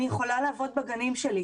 אני יכולה לעבוד בגנים שלי.